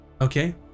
Okay